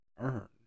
earn